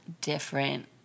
different